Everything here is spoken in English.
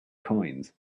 coins